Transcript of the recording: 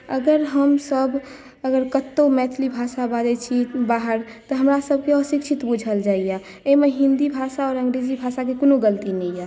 अगर हमसभ अगर कतहु मैथिली भाषा बाजैत छी बाहर तऽ हमरासभकेँ अशिक्षित बूझल जाइए एहिमे हिन्दी भाषा आओर अङ्ग्रेजी भाषाके कोनो गलती नहि यए